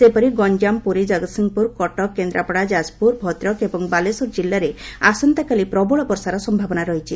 ସେହିପରି ଗଞ୍ଜାମ ପୁରୀ ଜଗତ୍ସିଂହପୁର କଟକ କେନ୍ଦ୍ରାପଡ଼ା ଯାଜପ୍ରର ଭଦ୍ରକ ଏବଂ ବାଲେଶ୍ୱର ଜିଲ୍ଲାରେ ଆସନ୍ତାକାଲି ପ୍ରବଳ ବର୍ଷାର ସମ୍ଭାବନା ରହିଛି